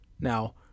Now